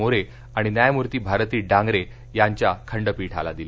मोरे आणि न्यायमूर्ती भारती डांगरे यांच्या खंडपीठाला दिली